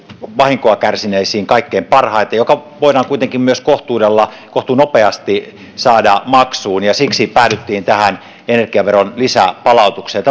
vahinkoa kärsineisiin kaikkein parhaiten ja joka voidaan kuitenkin myös kohtuunopeasti saada maksuun ja siksi päädyttiin tähän energiaveron lisäpalautukseen